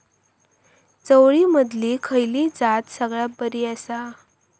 चवळीमधली खयली जात सगळ्यात बरी आसा?